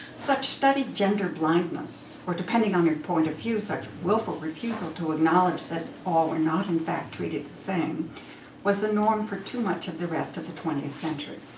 such studied gender blindness or depending on your point of view, such willful refusal to acknowledge that all are not, in fact, treated the same was the norm for too much of the rest of the twentieth century.